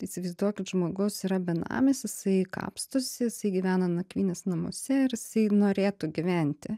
įsivaizduokit žmogus yra benamis jisai kapstosi jisai gyvena nakvynės namuose ir jisai norėtų gyventi